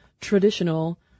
traditional